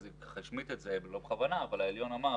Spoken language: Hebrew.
שאלתי ארבעה מנכ"לים שונים שאלה שאני אשאל את כולכם,